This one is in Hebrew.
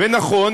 ונכון,